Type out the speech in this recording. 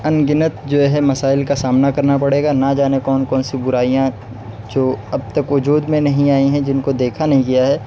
انگنت جو ہے مسائل کا سامنا کرنا پڑے گا نہ جانے کون کون سی برائیاں جو اب تک وجود میں نہیں آئی ہیں جن کو دیکھا نہیں گیا ہے